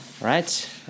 Right